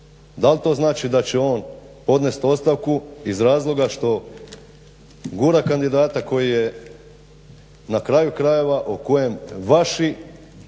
Dal' to znači da će on podnest ostavku iz razloga što gura kandidata koji je na kraju krajeva o kojem vaši